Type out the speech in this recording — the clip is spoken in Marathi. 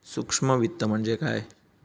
सूक्ष्म वित्त म्हणजे काय?